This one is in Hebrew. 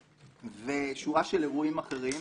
ושורה של אירועים אחרים,